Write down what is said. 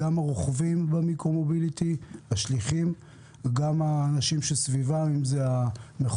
גם של השליחים וגם של האנשים שסביבם אם אלה המכוניות,